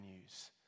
news